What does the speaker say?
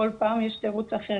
כל פעם יש תירוץ אחר,